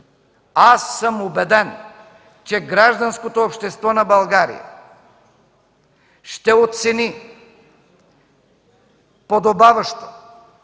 Аз съм убеден, че гражданското общество на България ще оцени подобаващо